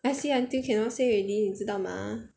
I say until cannot say already 你知道吗